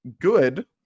good